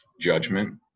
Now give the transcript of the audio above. judgment